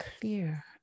Clear